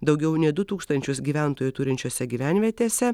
daugiau nei du tūkstančius gyventojų turinčiose gyvenvietėse